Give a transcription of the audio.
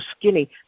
skinny